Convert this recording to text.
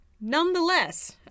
Nonetheless